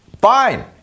fine